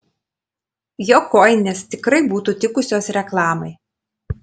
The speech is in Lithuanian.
jo kojinės tikrai būtų tikusios reklamai